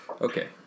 Okay